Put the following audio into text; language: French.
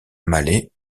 mallet